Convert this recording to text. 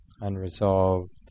unresolved